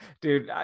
dude